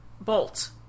bolt